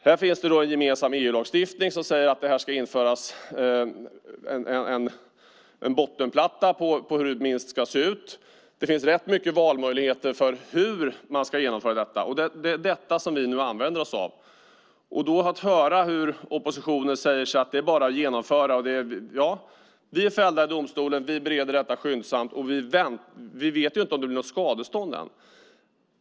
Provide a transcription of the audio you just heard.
Här finns det en gemensam EU-lagstiftning där det sägs att det ska införas så att säga en bottenplatta i fråga om hur det minst ska se ut. Det finns rätt mycket valmöjligheter för hur man ska genomföra detta. Det är det som vi nu använder oss av. Oppositionen säger att detta bara är att genomföra. Vi är fällda i domstolen och bereder detta skyndsamt, och vi vet inte om det blir något skadestånd än.